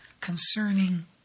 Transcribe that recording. concerning